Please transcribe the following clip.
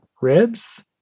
ribs